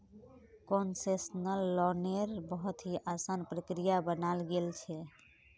concessional लोन्नेर बहुत ही असान प्रक्रिया बनाल गेल छे